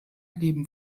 leben